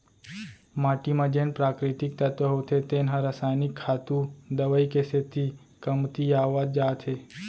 माटी म जेन प्राकृतिक तत्व होथे तेन ह रसायनिक खातू, दवई के सेती कमतियावत जात हे